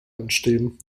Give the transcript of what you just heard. einstehen